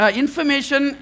information